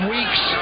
Weeks